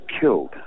killed